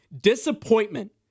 Disappointment